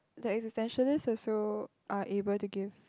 the existentialist also are able to give